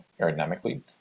aerodynamically